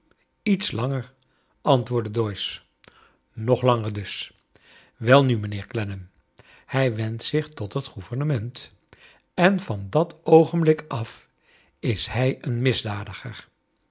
iets langer antwoordde doyce nog langer dus welnu mijnheer clennam hij wendt zich tot het gouvernement en van dat oogenblik at is hij een misdadiger